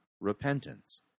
repentance